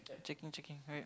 checking checking wait